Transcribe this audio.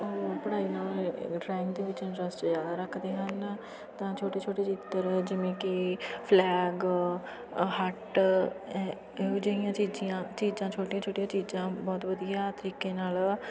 ਉਹ ਪੜ੍ਹਾਈ ਨਾਲ ਡਰਾਇੰਗ ਦੇ ਵਿੱਚ ਇੰਟਰਸਟ ਜ਼ਿਆਦਾ ਰੱਖਦੇ ਹਨ ਤਾਂ ਛੋਟੇ ਛੋਟੇ ਚਿੱਤਰ ਜਿਵੇਂ ਕਿ ਫਲੈਗ ਹਟ ਇਹ ਇਹੋ ਜਿਹੀਆਂ ਚੀਜ਼ੀਆਂ ਚੀਜ਼ਾਂ ਛੋਟੀਆਂ ਛੋਟੀਆਂ ਚੀਜ਼ਾਂ ਬਹੁਤ ਵਧੀਆ ਤਰੀਕੇ ਨਾਲ